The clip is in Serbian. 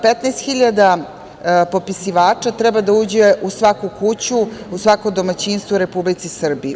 Petnaest hiljada popisivača treba da uđe u svaku kuću, u svako domaćinstvo u Republici Srbiji.